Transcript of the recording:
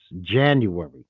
January